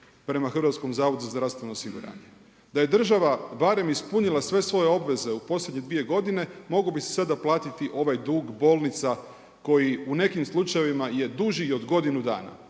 prema Hrvatskom zavodu za zdravstveno osiguranje. Da je država barem ispunila sve svoje obveze u posljednje dvije godine mogao bi se sada platiti ovaj dug bolnica koji u nekim slučajevima je duži i od godinu dana.